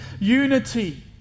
unity